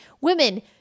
women